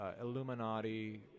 Illuminati